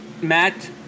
Matt